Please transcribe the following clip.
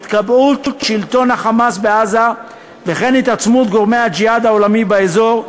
התקבעות שלטון ה"חמאס" בעזה וכן התעצמות גורמי הג'יהאד העולמי באזור,